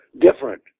different